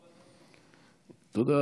תודה.